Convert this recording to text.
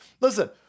listen